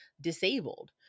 disabled